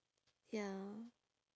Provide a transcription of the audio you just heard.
ya